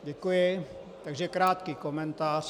Děkuji, takže krátký komentář.